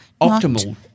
Optimal